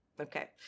Okay